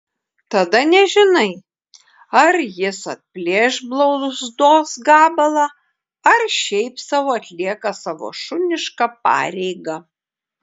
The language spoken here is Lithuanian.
tada nežinai ar jis atplėš blauzdos gabalą ar šiaip sau atlieka savo šunišką pareigą